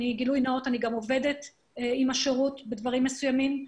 ולגילוי נאות אומר שאני גם עובדת עם השירות בדברים מסוימים.